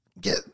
get